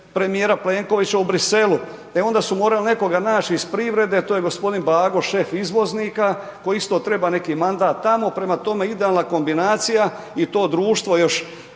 premijera Plenkovića u Bruxellesu, e onda su morali nekoga naći iz privrede a to je g. Bago, šef izvoznika koji isto treba neki mandat tamo, prema toma, idealna kombinacija i to društvo još